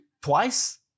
Twice